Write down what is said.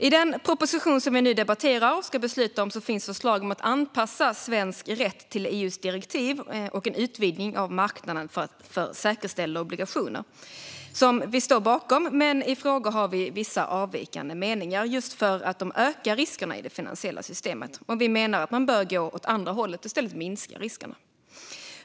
I den proposition som vi nu debatterar och som vi ska fatta beslut om i morgon finns förslag om att anpassa svensk rätt till EU:s direktiv och införa en utvidgning av marknaden för säkerställda obligationer, och detta står vi bakom. Men i vissa frågor har vi avvikande mening då de ökar riskerna i det finansiella systemet. Vi menar att man i stället bör gå åt andra hållet och minska riskerna.